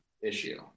issue